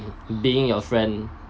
being your friend